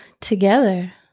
together